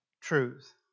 truth